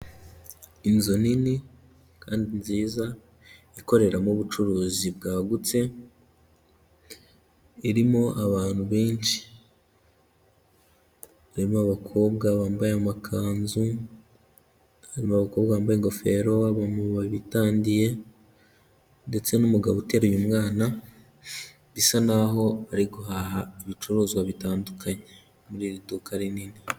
Inzu nini kandi nziza ikoreramo ubucuruzi bwagutse irimo abantu benshi, harimo abakobwa bambaye amakanzu, harimo abakobwa bambaye ingofero, abamama bitandiye ndetse n'umugabo uteruye umwana bisa naho bari guhaha ibicuruzwa bitandukanye muri iri duka rinini.